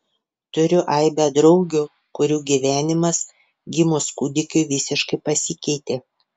turiu aibę draugių kurių gyvenimas gimus kūdikiui visiškai pasikeitė